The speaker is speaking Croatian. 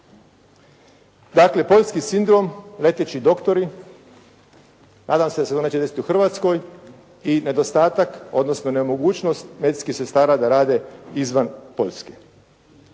Dakle, poljski sindrom, leteći doktori, nadam se da se ovo neće desiti u Hrvatskoj i nedostatak, odnosno nemogućnost medicinskih sestara da rade izvan Poljske.